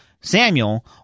Samuel